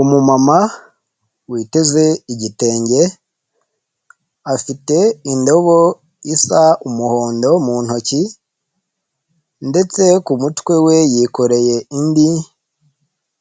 Umumama witeze igitenge afite indobo isa umuhondo mu ntoki ndetse ku mutwe we yikoreye indi